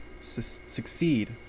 succeed